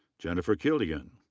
jennifer killian.